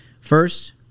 First